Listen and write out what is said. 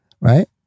right